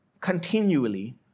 continually